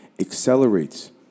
accelerates